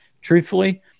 Truthfully